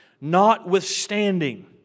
Notwithstanding